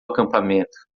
acampamento